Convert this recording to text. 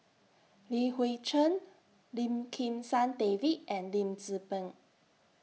Li Hui Cheng Lim Kim San David and Lim Tze Peng